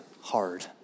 hard